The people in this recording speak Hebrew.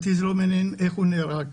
אותי לא מעניין איך הוא נהרג,